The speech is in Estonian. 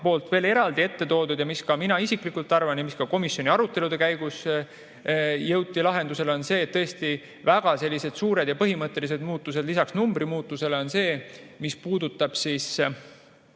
poolt veel eraldi välja toodud ja mida minagi isiklikult arvan ja milles ka komisjoni arutelude käigus jõuti lahendusele, on see, et tõesti väga selline suur ja põhimõtteline muutus lisaks numbrite muutusele on see, mis puudutab just